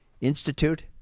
Institute